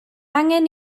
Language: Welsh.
angen